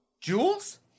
Jules